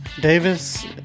Davis